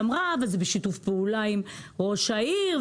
שאמרה: אבל זה בשיתוף פעולה עם ראש העיר,